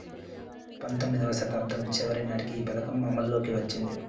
పంతొమ్మిదివ శతాబ్దం చివరి నాటికి ఈ పథకం అమల్లోకి వచ్చింది